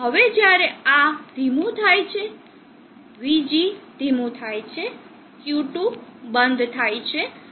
હવે જ્યારે આ ધીમું થાય છે Vg ધીમું થાય છે Q2 બંધ થાય છે